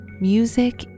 music